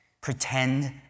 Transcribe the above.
pretend